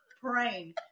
praying